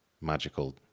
magical